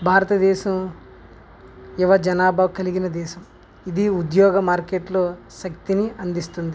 భారతదేశం యువ జనాభా కలిగిన దేశం ఇది ఉద్యోగ మార్కెట్లో శక్తిని అందిస్తుంది